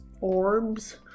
Orbs